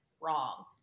wrong